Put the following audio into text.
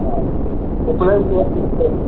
हॅं उपनयन सँ एक दिन पहिले